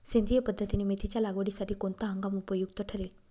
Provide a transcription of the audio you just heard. सेंद्रिय पद्धतीने मेथीच्या लागवडीसाठी कोणता हंगाम उपयुक्त ठरेल?